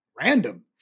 random